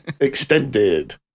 Extended